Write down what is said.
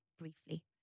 Briefly